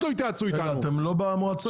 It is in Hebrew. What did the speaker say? אתם לא במועצה?